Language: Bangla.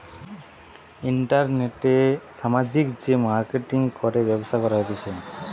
ইন্টারনেটে সামাজিক যে মার্কেটিঙ করে ব্যবসা করা হতিছে